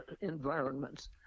environments